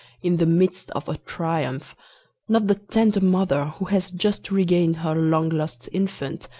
in the midst of a triumph not the tender mother who has just regained her long-lost infant,